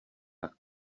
tak